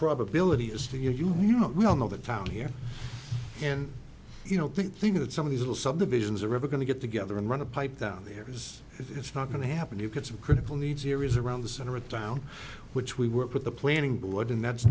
probability as to you know we all know that found here and you know thinking that some of these will subdivisions are ever going to get together and run a pipe down there is it's not going to happen you could some critical needs here is around the center of town which we work with the planning board and that's